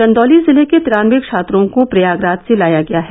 चंदौली जिले के तिरानबे छात्रों को प्रयागराज से लाया गया है